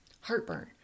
heartburn